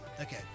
Okay